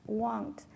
want